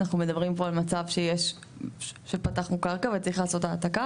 אנחנו מדברים פה על מצב שפתחנו קרקע וצריך לעשות העתקה.